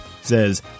says